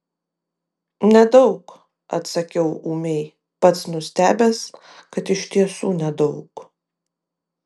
nedaug atsakiau ūmiai pats nustebęs kad iš tiesų nedaug